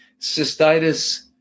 Cystitis